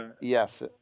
yes